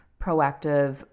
proactive